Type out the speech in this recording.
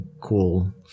cool